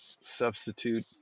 substitute